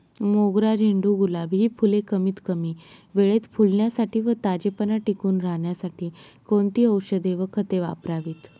मोगरा, झेंडू, गुलाब हि फूले कमीत कमी वेळेत फुलण्यासाठी व ताजेपणा टिकून राहण्यासाठी कोणती औषधे व खते वापरावीत?